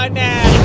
um now.